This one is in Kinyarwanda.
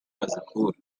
bazikura